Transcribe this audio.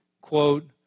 quote